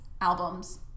albums